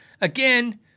again